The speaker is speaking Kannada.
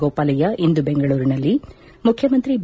ಗೋಪಾಲಯ್ತ ಇಂದು ಬೆಂಗಳೂರಿನಲ್ಲಿ ಮುಖ್ಯಮಂತ್ರಿ ಬಿ